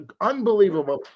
unbelievable